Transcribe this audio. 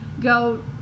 go